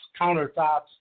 countertops